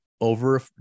over